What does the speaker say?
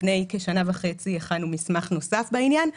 לפני כשנה וחצי הכנו מסמך נוסף בעניין.